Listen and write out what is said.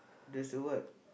there's a what